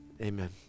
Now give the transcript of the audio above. amen